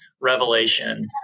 revelation